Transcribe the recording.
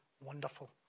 wonderful